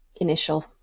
initial